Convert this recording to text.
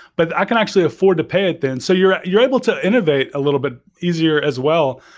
but i can actually afford to pay it then so you're you're able to innovate a little bit easier as well,